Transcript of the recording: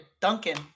Duncan